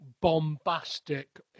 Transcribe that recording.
bombastic